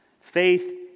Faith